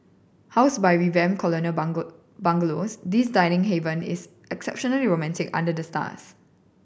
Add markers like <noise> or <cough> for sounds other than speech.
housed by revamped colonial <unintelligible> bungalows this dining haven is exceptionally romantic under the stars